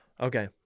Okay